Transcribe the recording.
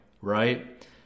right